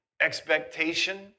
Expectation